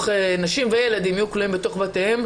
נשים וילדים יהיו כלואים בתוך בתיהם,